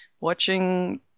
watching